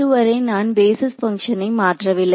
இதுவரை நான் பேஸிஸ் பங்ஷனை மாற்றவில்லை